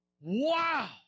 Wow